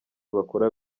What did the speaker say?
bakora